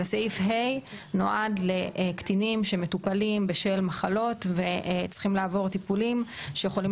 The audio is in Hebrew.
סעיף (ה) נועד לקטינים שמטופלים בשל מחלות וצריכים לעבור טיפולים שיכולים